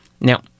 Now